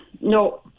no